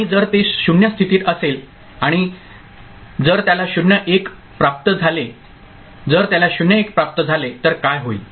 आणि जर ते 0 स्थितीत असेल आणि जर त्याला 0 1 प्राप्त झाले जर त्याला 0 1 प्राप्त झाले तर काय होईल